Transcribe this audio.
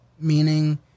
meaning